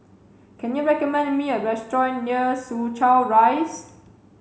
can you recommend me a restaurant near Soo Chow Rise